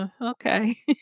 okay